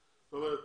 פשוט.